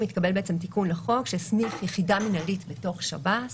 מתקבל תיקון לחוק שהסמיך יחידה מינהלית בתוך שב"ס